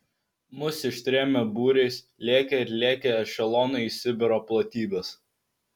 mus ištrėmė būriais lėkė ir lėkė ešelonai į sibiro platybes